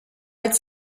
its